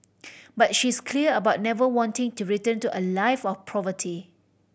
but she's clear about never wanting to return to a life of poverty